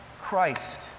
Christ